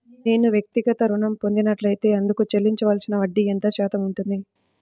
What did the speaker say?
నేను వ్యక్తిగత ఋణం పొందినట్లైతే అందుకు చెల్లించవలసిన వడ్డీ ఎంత శాతం ఉంటుంది?